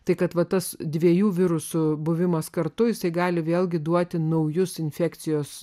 tai kad va tas dviejų virusų buvimas kartu jisai gali vėlgi duoti naujus infekcijos